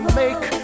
make